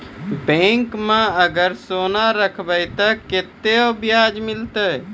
Bank माई अगर सोना राखबै ते कतो ब्याज मिलाते?